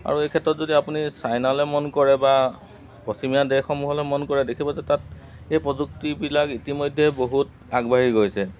আৰু এই ক্ষেত্ৰত যদি আপুনি চাইনালৈ মন কৰে বা পশ্চিমীয়া দেশসমূহ'লৈ মন কৰে দেখিব যে তাত এই প্ৰযুক্তিবিলাক ইতিমধ্যে বহুত আগবাঢ়ি গৈছে